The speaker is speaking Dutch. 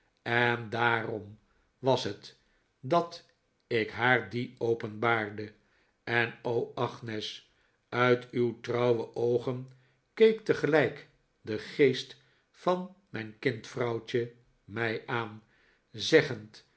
en daarom was het dat ik haar die openbaarde en o agnes uit uw trouwe oogen keek tegelijk de geest van mijn kindvrouwtje mij aan zeggend